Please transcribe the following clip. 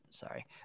Sorry